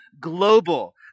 global